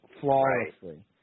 flawlessly